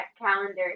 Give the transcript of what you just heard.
calendar